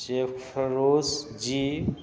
Zephyrus जी